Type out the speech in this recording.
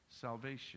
salvation